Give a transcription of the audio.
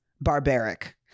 barbaric